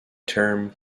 term